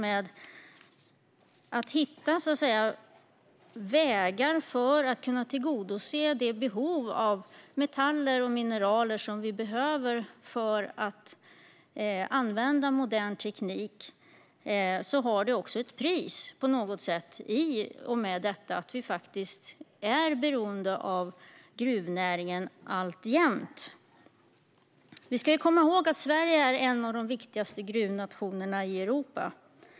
När det gäller att hitta vägar för att tillgodose behovet av metaller och mineraler för att kunna använda modern teknik är en springande punkt att det också har ett pris i och med att vi är beroende av gruvnäringen alltjämt. Vi ska komma ihåg att Sverige är en av de viktigaste gruvnationerna i Europa.